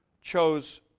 chose